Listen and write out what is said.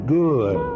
good